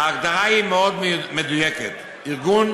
ההגדרה היא מאוד מדויקת: ארגון